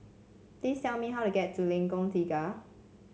please tell me how to get to Lengkok Tiga